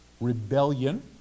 rebellion